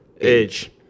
Age